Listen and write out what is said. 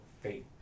faith